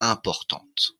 importante